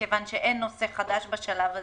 כיוון שאין נושא חדש בשלב הזה.